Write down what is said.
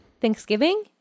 Thanksgiving